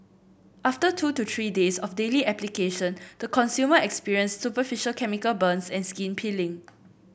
after two to three days of daily application the consumer experienced superficial chemical burns and skin peeling